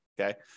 okay